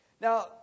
Now